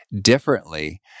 differently